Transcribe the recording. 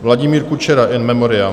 Vladimír Kučera, in memoriam.